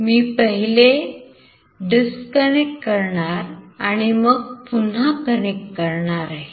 मी पहिले डिस्कनेक्ट करणार आणि मग पुन्हा कनेक्ट करणार आहे